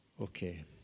okay